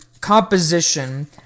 composition